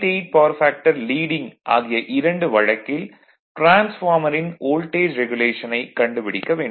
8 power factor leading ஆகிய இரண்டு வழக்கில் டிரான்ஸ்பார்மரின் வோல்டேஜ் ரெகுலேஷனைக் கண்டுபிடிக்க வேண்டும்